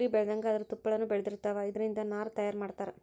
ಕುರಿ ಬೆಳದಂಗ ಅದರ ತುಪ್ಪಳಾನು ಬೆಳದಿರತಾವ, ಇದರಿಂದ ನಾರ ತಯಾರ ಮಾಡತಾರ